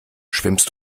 schwimmst